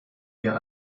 wir